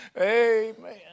Amen